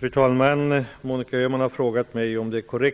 Den 1 januari 1994 infördes